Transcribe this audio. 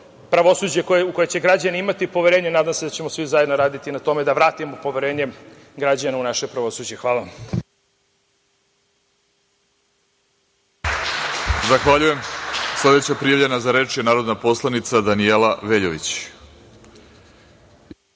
pravosuđe u koje će građani imati poverenje i nadam se da ćemo svi zajedno raditi na tome da vratimo poverenje građana u naše pravosuđe. Hvala.